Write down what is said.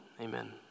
amen